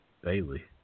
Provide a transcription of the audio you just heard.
Bailey